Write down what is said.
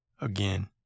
again